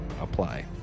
apply